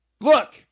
Look